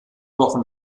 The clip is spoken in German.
wochen